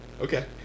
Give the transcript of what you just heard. Okay